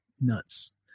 nuts